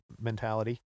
mentality